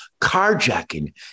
carjacking